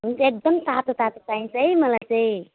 हुन्छ एकदम तातो तातो चाहिन्छ है मलाई चाहिँ